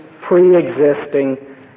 pre-existing